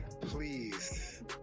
Please